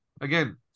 again